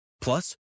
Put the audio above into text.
Plus